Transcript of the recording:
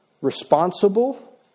responsible